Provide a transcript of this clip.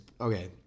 okay